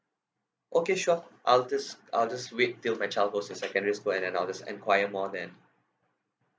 okay sure I'll just I'll just wait till my child goes to secondary school and then I'll just enquire more then